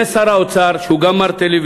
והנה שר האוצר, שהוא גם מר טלוויזיה,